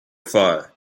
fire